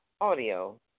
audio